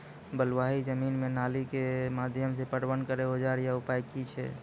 बलूआही जमीन मे नाली के माध्यम से पटवन करै औजार या उपाय की छै?